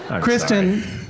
Kristen